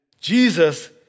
Jesus